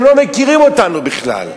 הם לא מכירים אותנו בכלל.